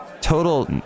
total